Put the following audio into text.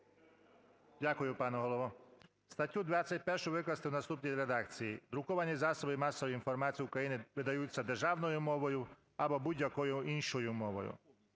Дякую, пане Голово. Статтю 21 викласти в наступній редакції: "Друковані засоби масової інформації України видаються державною мовою або будь-якою іншою мовою".